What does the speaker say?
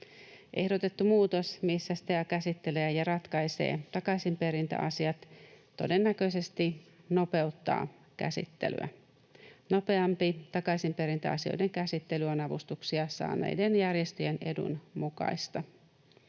Ehdotettu muutos, missä STEA käsittelee ja ratkaisee takaisinperintäasiat, todennäköisesti nopeuttaa käsittelyä. Nopeampi takaisinperintäasioiden käsittely on avustuksia saaneiden järjestöjen edun mukaista.